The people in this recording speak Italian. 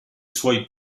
suoi